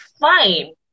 fine